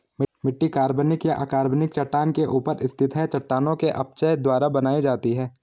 मिट्टी कार्बनिक या अकार्बनिक चट्टान के ऊपर स्थित है चट्टानों के अपक्षय द्वारा बनाई जाती है